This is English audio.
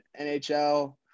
nhl